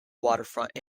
waterfront